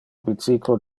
bicyclo